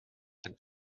and